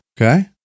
Okay